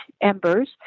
embers